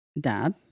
dad